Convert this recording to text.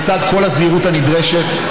לצד כל הזהירות הנדרשת,